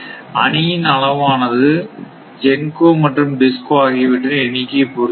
அணியின் அளவானது GENCO மற்றும் DISCO ஆகியவற்றின் எண்ணிக்கையை பொறுத்து இருக்கும்